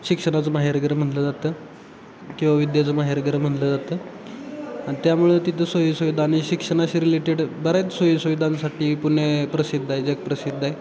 शिक्षणाचं माहेरघर म्हटलं जातं किंवा विद्याचं माहेरघर म्हटलं जातं आणि त्यामुळे तिथं सोयीसुविधा आणि शिक्षणाशी रिलेटेड बऱ्याच सोयीसुविधांसाठी पुणे प्रसिद्ध आहे जगप्रसिद्ध आहे